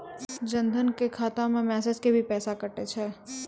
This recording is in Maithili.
जन धन के खाता मैं मैसेज के भी पैसा कतो छ?